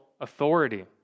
authority